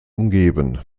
umgeben